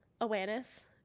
awareness